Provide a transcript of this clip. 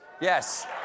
Yes